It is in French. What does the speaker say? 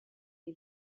est